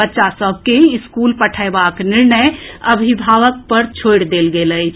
बच्चा सभ के स्कूल पठएबाक निर्णय अभिभावक सभ पर छोड़ि देल गेल अछि